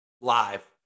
live